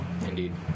indeed